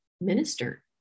minister